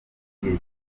gihe